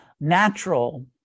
natural